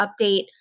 update